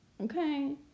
Okay